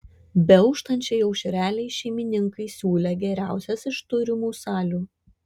beauštančiai aušrelei šeimininkai siūlė geriausias iš turimų salių